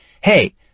Hey